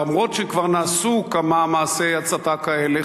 למרות שכבר נעשו כמה מעשי הצתה כאלה,